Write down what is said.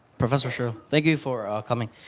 professor shiller, thank you for coming.